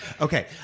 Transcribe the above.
Okay